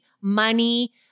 money